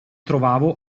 trovavo